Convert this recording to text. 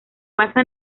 basa